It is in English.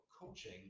coaching